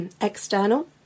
external